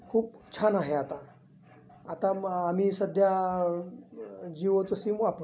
खूप छान आहे आता आता आम्ही सध्या जिओचं सिम वापरतो